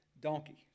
donkey